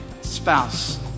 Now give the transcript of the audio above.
spouse